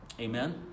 Amen